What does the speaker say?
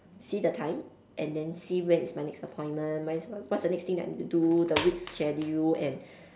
see the time and then see when is my next appointment my next what's the next thing I need to do the week schedule and